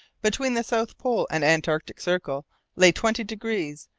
between the south pole and antarctic circle lay twenty degrees,